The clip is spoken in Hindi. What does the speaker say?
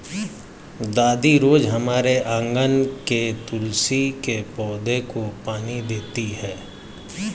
दादी रोज हमारे आँगन के तुलसी के पौधे को पानी देती हैं